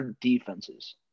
defenses